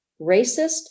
racist